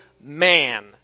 man